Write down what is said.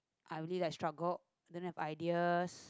I really like struggled didn't have idea